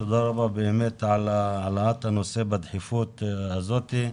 תודה רבה באמת על העלאת הנושא בדחיפות הזאת.